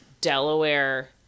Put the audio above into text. Delaware